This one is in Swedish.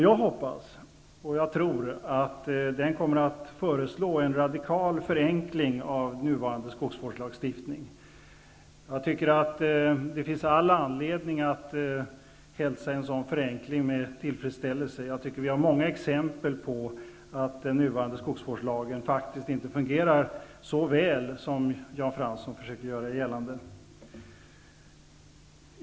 Jag hoppas och tror att utredningen kommer att föreslå en radikal förenkling av nuvarande skogsvårdslagstiftning. Jag menar att det finns all anledning att hälsa en sådan förenkling med tillfredsställelse. Det finns många exempel på att den nuvarande skogsvårdslagen faktiskt inte fungerar så väl som Jan Fransson försökte göra gällande.